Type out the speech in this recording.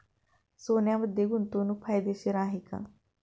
सोन्यामध्ये गुंतवणूक फायदेशीर आहे का?